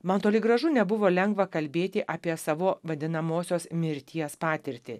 man toli gražu nebuvo lengva kalbėti apie savo vadinamosios mirties patirtį